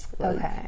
Okay